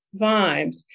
vibes